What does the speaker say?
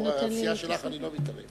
מאזור הסיעה שלך, אני לא מתערב.